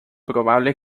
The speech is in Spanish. probable